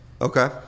okay